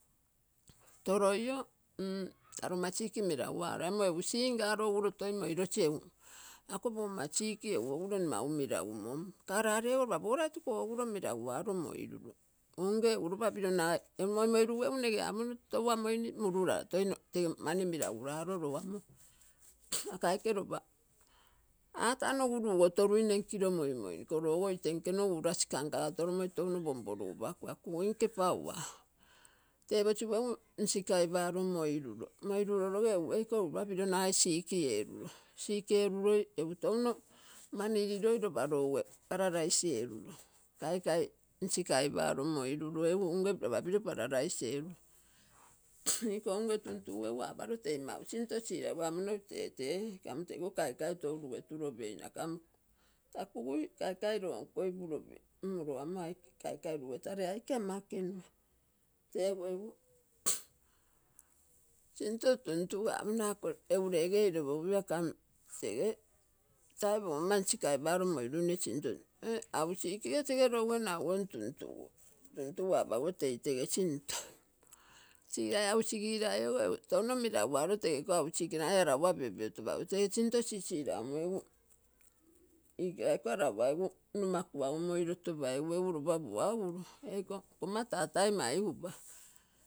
Toloio ta logomma melagulako amo egu singalo ogulo toi moilasi egu, ako pogomma sik egu agulo nne mau melagumon. Kala lego lopa pogolaito kogulo melaguaro. Egu nagai, egu moimoilugu egu nege apomino toua moini mulurala toi tege mani melaguralo lo amo ako aike lopa ata nogu lugoto-luine nkilo moimoini kologo ite nke nogu ulasi kaukagatolomoi touno pompolugupakui ako kugui nke pautt. Teposigu egu nsikaipalo moilulo moilulologe eiko egu lopa nagai sik erulo. Sik eluloi egu touno mani liroi lopa louge pararaisi elulo. Kaikai nsikaipalo moiluloi egu unge lopa pilo pararasi elulo iko unge tuntugu egu apalo tei mau sinto silaulo. Apomino tete kam te iko iko kaikai tou lugeturo peina, kam ta kugui kaikai lonkoi pulo pei mmo lo amo aike kaikai lugetalei aike ama ekenua. Tego egu sinto tumtugu apomi a iko egu oilopogipio. Kam tege tai pogomma nsikaipalo moiluine sinto m-ausikige tege louge naugou tumtugu, tuntugu apaguo tei tege sinto. Sigilai ausik gilou ogo egu touno melaguaro tege ogo ausik ge nagai arawa piopio to paguo tege sinto sisilaumo egu igilaiko arawa egu numa kuago moilotopaigu egu lopa puagulo eiko nkoma tatai maigupa.